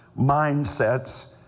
mindsets